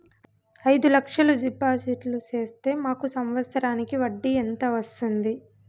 అయిదు లక్షలు డిపాజిట్లు సేస్తే మాకు సంవత్సరానికి వడ్డీ ఎంత వస్తుంది?